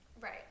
Right